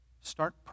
Start